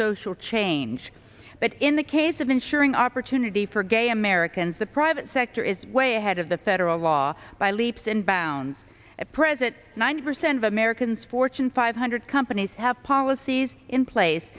social change but in the case of ensuring opportunity for gay americans the private sector is way ahead of the federal law by leaps and bounds at present ninety percent of americans fortune five hundred companies have policies in place